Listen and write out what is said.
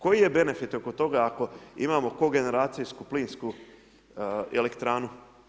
Koji je benefit oko toga ako imamo kogeneracijsku plinsku elektranu?